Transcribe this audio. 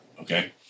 Okay